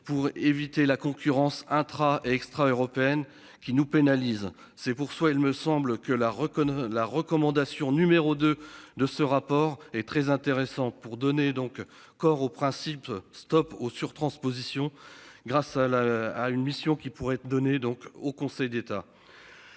pour éviter la concurrence intra et extra-européenne qui nous pénalise c'est pour soi. Il me semble que la reconnu la recommandation numéro 2 de ce rapport est très intéressant pour donner donc corps au principe Stop aux surtransposition, grâce à la à une mission qui. Pour être donné donc au Conseil d'État.